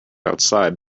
outside